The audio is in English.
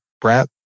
Brett